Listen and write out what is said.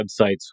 websites